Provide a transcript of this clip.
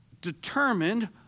determined